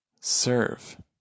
Serve